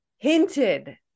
Hinted